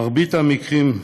במרבית המקרים,